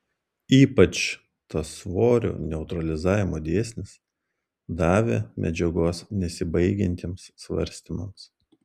ypač tas svorio neutralizavimo dėsnis davė medžiagos nesibaigiantiems svarstymams